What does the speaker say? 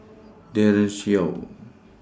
Daren Shiau